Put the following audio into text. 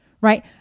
right